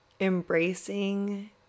embracing